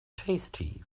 tasty